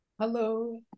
Hello